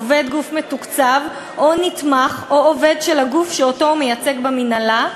עובד גוף מתוקצב או נתמך או עובד של הגוף שאותו הוא מייצג במינהלה,